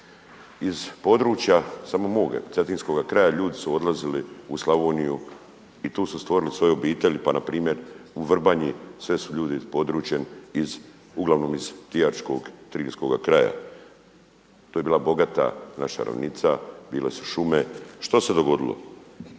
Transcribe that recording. Iz područja samo mog Cetinskoga kraja ljudi su odlazili u Slavoniju i tu su stvorili svoju obitelj. Pa na primjer u Vrbanji sve su ljudi područjem uglavnom iz …/Govornik se ne razumije./… Triljskoga kraja. To je bila bogata naša ravnica, bile su šume. Što se dogodilo?